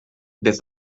des